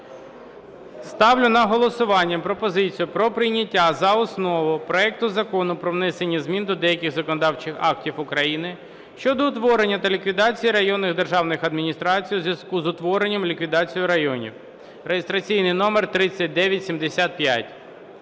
Ставлю на голосування пропозицію про прийняття за основу проекту Закону про внесення змін до деяких законодавчих актів України щодо утворення та ліквідації районних державних адміністрацій у зв'язку з утворенням (ліквідацією) районів (реєстраційний номер 3975).